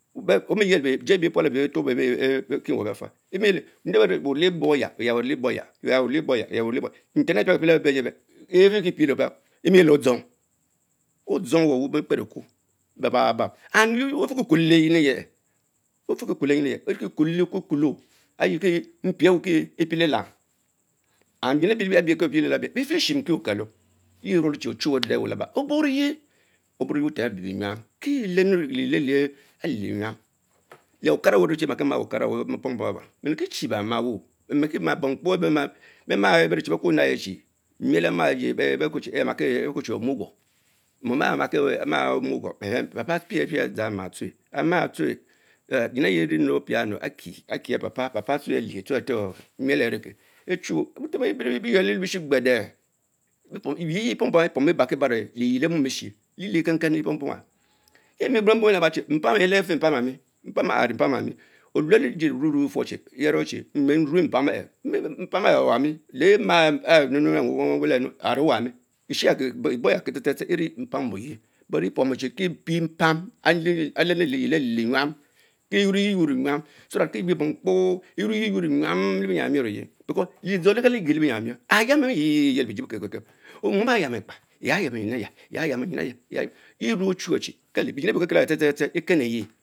Ejie emiyele njie be tuop nwarr afal njie bere we ne lee borya ya one leborya, inter are be pia ke pie, efre kie pie le pis omelekper evangeli odjoul ekwo ba ba bab, and efieki lewolo lemyin ehh yeh efikie kwelo le nyin eye, oriekie kuloh leh ekukwole, mpie weh kie ikwolo Leh letam, and you the be pse eye befisikia okolo he muodеcій осна aden laba OLEVEYE OKisye butem DE wels mans kisyen lemn yiel arblee lie nya le Okere owen ruch imaki man ekana awch pom pom mce neke stin ma man bomkpoebe beh nan, bebas, bere bekumaren mel bekuurcine Emiguh, ama omuguh, papa ap adya uha ha true, ans the nyieu chh le opia akice akich papa, papatsuch atich arefor mel arieke betem bir yere letom gbedee achu fie porn pom ara epomy ebanki Tegiel Emurahien, licie ckenken Epom pom ahh. elie mpan yele afele mpam mpam, mpan aha arie mpan amie ome leh jiee nruruh efurrchie yeh molechie nmeh mpan ehh mpan ehh ehh owami le cha owami le Emir ar nwelle welle ehh ne ane Owami eshieya the the tre me mpam eyeth but epоt clue e-pie-mpan aleni leyiet alle li nya ke pre mpam kie lynor naye yuark enyan so that the yeu bomkpo eymoneye- le bie myans Etsion Emior oyen, belanes ledjor legalent geh le bijom mor oryeh ayeun amil yie yellie beach bejne kem kenn Kan mom aha areyama Ekpa, yeh ya nyin aya eryie erue oeluwe chie Kele benyin ebie ekenleye